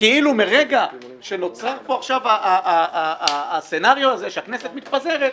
וכאילו מרגע שנוצר פה עכשיו הסנריו הזה שהכנסת מתפזרת,